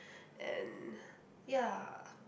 and ya